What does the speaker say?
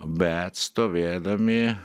bet stovėdami